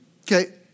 Okay